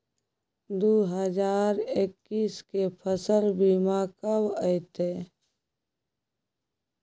दु हजार एक्कीस के फसल बीमा कब अयतै?